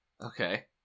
Okay